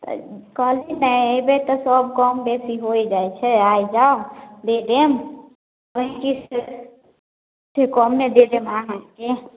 तऽ कहलिए ने अएबै तऽ सब कम बेसी होइ जाइ छै आबि जाउ दऽ देब पैँतिसके से कमे दऽ देब अहाँके